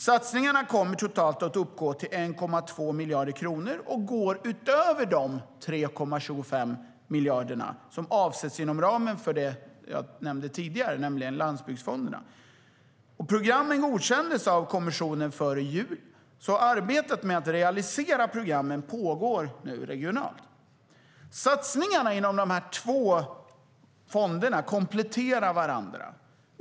Satsningarna kommer totalt att uppgå till 1,2 miljarder kronor och går utöver de 3,25 miljarder som avsätts inom ramen för det jag nämnde tidigare, nämligen landsbygdsprogrammet. Programmen godkändes av kommissionen före jul. Arbetet med att realisera programmen pågår nu regionalt. Satsningarna inom de två fonderna kompletterar varandra.